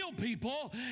people